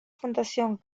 fundación